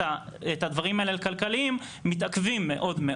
הדברים האלה לכלכליים מתעכבים מאוד,